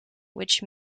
which